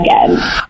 again